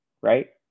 right